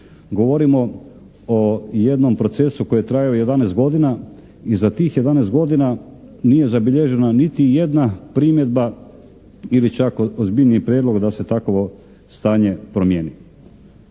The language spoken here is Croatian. Govorimo o jednom procesu koji je trajao 11 godina i za tih 11 godina nije zabilježena niti jedna primjedba ili čak ozbiljniji prijedlog da se takovo stanje promijeni.